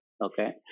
Okay